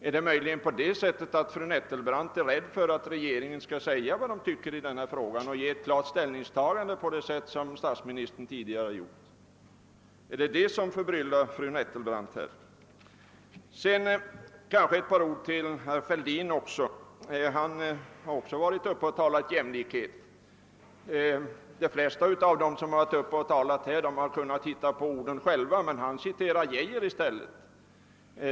Är det möjligen på det viset att fru Nettelbrandt är rädd för att regeringen skall säga vad den tycker i denna fråga och göra ett klart ställningstagande på samma sätt som statsministern tidigare har gjort? Är det det som förbryllar fru Nettelbrandt här? Vidare vill jag säga ett par ord också till herr Fälldin. Han har även varit uppe och talat om jämlikhet. De flesta som har varit uppe och talat i frågan har kunnat hitta på orden själva, men han citerade herr Arne Geijer i stället.